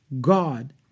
God